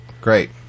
Great